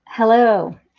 Hello